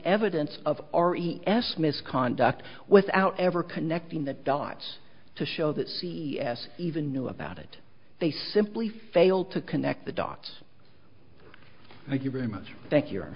evidence of our e s misconduct without ever connecting the dots to show that c s even knew about it they simply fail to connect the dots thank you very much thank your